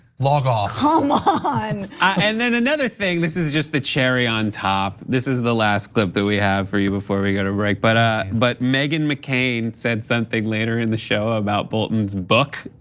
log off. come ah on. and then another thing, this is just the cherry on top, this is the last clip that we have for you before we go to break. but but meghan mccain said something later in the show about bolton's book.